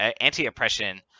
anti-oppression